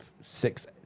six